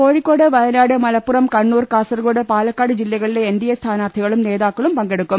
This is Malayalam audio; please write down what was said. കോഴിക്കോട് വയനാട് മലപ്പുറം കണ്ണൂർ കാസർകോട് പാല ക്കാട് ജില്ലകളിലെ എൻഡിഎ സ്ഥാനാർത്ഥികളും നേതാക്കളും പങ്കെടുക്കും